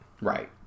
Right